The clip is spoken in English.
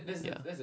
ya